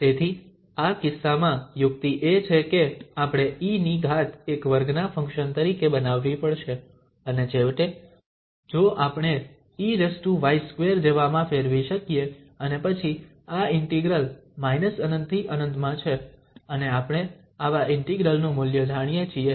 તેથી આ કિસ્સામાં યુક્તિ એ છે કે આપણે e ની ઘાત એક વર્ગના ફંક્શન તરીકે બનાવવી પડશે અને છેવટે જો આપણે ey2 જેવામાં ફેરવી શકીએ અને પછી આ ઇન્ટિગ્રલ −∞ થી ∞ માં છે અને આપણે આવા ઇન્ટિગ્રલ નું મૂલ્ય જાણીએ છીએ